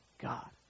God